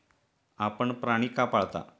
आपण प्राणी का पाळता?